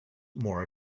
more